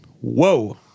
whoa